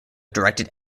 directed